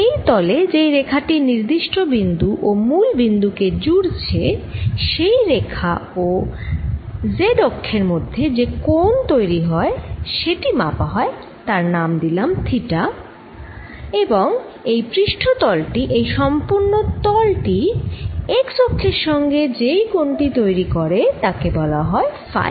এই তলে যেই রেখা টি নির্দিষ্ট বিন্দু ও মূল বিন্দু কে জুড়ছে সেই রেখা ও z অক্ষের মধ্যে যে কোণ তৈরি হয় সেটি যদি মাপা হয় তার নাম দিলাম থিটা এবং এই পৃষ্ঠ তল টি এই সম্পূর্ণ তল টি x অক্ষের সঙ্গে যেই কোণ টি তৈরি করে তাকে বলা হয় ফাই